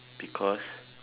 because